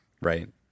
Right